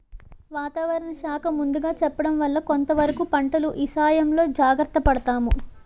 వాతావరణ శాఖ ముందుగా చెప్పడం వల్ల కొంతవరకు పంటల ఇసయంలో జాగర్త పడతాము